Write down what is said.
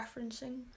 referencing